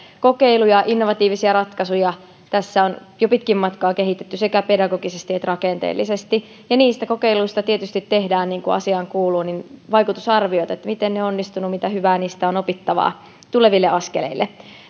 kokeiluja ja innovatiivisia ratkaisuja tässä on jo pitkin matkaa kehitetty sekä pedagogisesti että rakenteellisesti niistä kokeiluista tietysti tehdään niin kuin asiaan kuuluu vaikutusarviot miten ne ovat onnistuneet mitä hyvää niistä on opittavaa tuleville askeleille